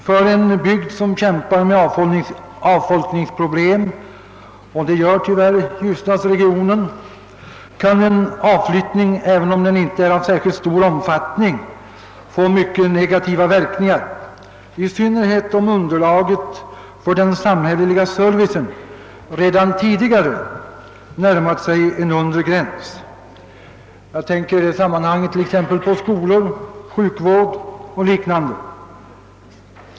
För en bygd som kämpar med avfolkningsproblem — och det gör man tyvärr inom ljusdalsregionen — kan en avflyttning, även om den inte är av särskilt stor omfattning få mycket negativa verkningar. Detta gäller framför allt om underlaget för den samhälleliga servicen redan tidigare närmat sig en undre gräns. Jag tänker i det sammanhanget på skolväsendet, sjukvården o. d.